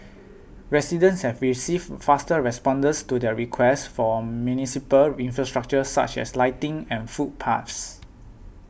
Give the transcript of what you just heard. residents have received faster responses to their requests for municipal infrastructure such as lighting and footpaths